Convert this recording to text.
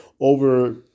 over